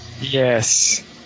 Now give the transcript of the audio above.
Yes